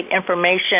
information